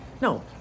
no